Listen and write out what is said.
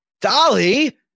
Dolly